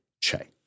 Che